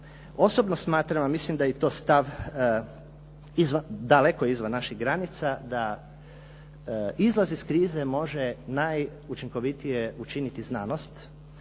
Osobno smatram a mislim da je i to stav, daleko izvan naših granica da izlaz iz krize može najučinkovitije učiniti znanost,